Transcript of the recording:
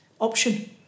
option